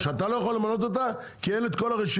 שאתה לא יכול למנות אותה, כי אין את כל הרשימה?